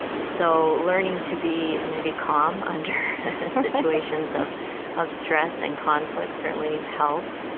so learning to be, maybe, calm under situations of of stress and conflict certainly helped.